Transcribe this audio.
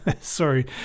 Sorry